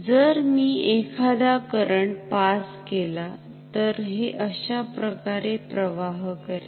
जर मी एखादा करंट पास केला तर हे अशाप्रकारे प्रवाह करेल